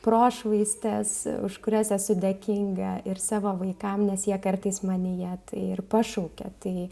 prošvaistės už kurias esu dėkinga ir savo vaikam nes jie kartais manyje tai ir pašaukia tai